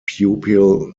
pupil